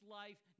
life